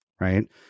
right